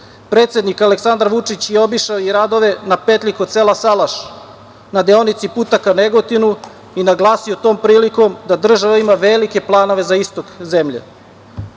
Predsednik Aleksandar Vučić je obišao i radove na petlji kod sela Salaš, na deonici puta ka Negotinu i naglasio tom prilikom da država ima velike planove za istok zemlje. Ovo